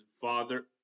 father